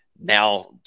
now